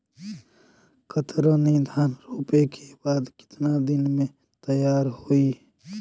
कतरनी धान रोपे के बाद कितना दिन में तैयार होई?